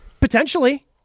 Potentially